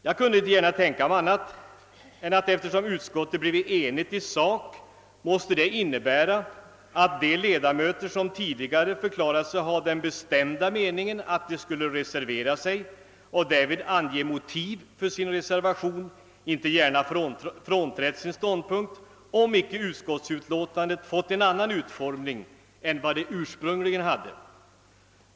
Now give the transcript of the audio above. Jag kunde inte gärna tänka mig annat än att eftersom utskottet blivit enigt i sak måste detta innebära att de ledamöter som tidigare förklarat sig ha den bestämda meningen att de skulle reservera sig och därvid ange motiv för sin reservation inte gärna frånträtt sin ståndpunkt, om icke utskottsutlåtandet fått en annan utformning än vad det ursprungligen hade.